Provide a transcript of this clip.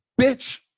bitch